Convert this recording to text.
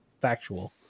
factual